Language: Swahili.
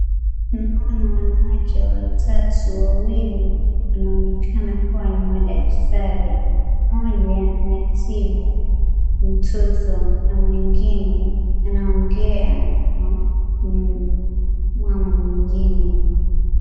Naona wanawake watatu. Wawili wanaonekana kuwa madakitari. Mmoja anatibu mtoto na mwingine anaongea na mama mwingine.